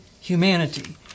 humanity